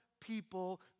people